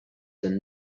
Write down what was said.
than